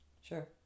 Sure